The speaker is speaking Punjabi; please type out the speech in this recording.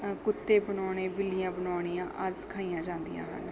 ਕੁੱਤੇ ਬਣਾਉਣੇ ਬਿੱਲੀਆਂ ਬਣਾਉਣੀਆਂ ਆਦਿ ਸਿਖਾਈਆਂ ਜਾਂਦੀਆਂ ਹਨ